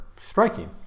striking